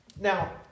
now